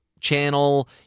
Channel